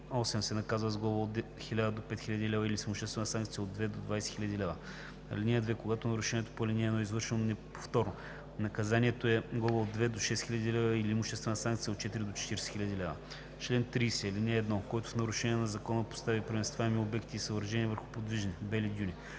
8, се наказва с глоба от 1000 до 5000 лв. или с имуществена санкция от 2000 до 20 000 лв. (2) Когато нарушението по ал. 1 е извършено повторно, наказанието е глоба от 2000 до 6000 лв. или имуществена санкция от 4000 до 40 000 лв. Чл. 30. (1) Който в нарушение на закона постави преместваеми обекти и съоръжения върху подвижни (бели) дюни,